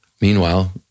Meanwhile